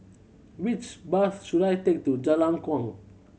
which bus should I take to Jalan Kuang